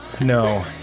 No